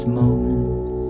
moments